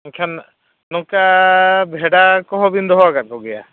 ᱮᱱᱠᱷᱟᱱ ᱱᱚᱝᱠᱟ ᱵᱷᱮᱰᱟ ᱠᱚᱦᱚᱸ ᱵᱤᱱ ᱫᱚᱦᱚ ᱟᱠᱟᱫ ᱠᱚᱜᱮᱭᱟ